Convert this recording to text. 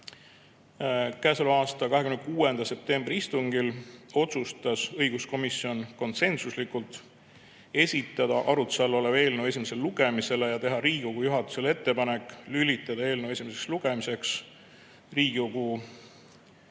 Käesoleva aasta 26. septembri istungil otsustas õiguskomisjon konsensuslikult esitada arutluse all olev eelnõu esimesele lugemisele ja teha Riigikogu juhatusele ettepaneku lülitada eelnõu esimeseks lugemiseks Riigikogu